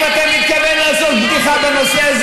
אם אתה מתכוון לעשות בדיחה בנושא הזה,